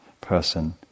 person